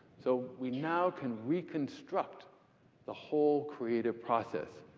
so we now can reconstruct the whole creative process.